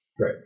Right